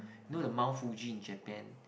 know the Mount-Fuji in Japan